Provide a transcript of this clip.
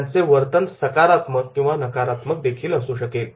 त्यांचे वर्तन सकारात्मक किंवा नकारात्मकदेखील असू शकेल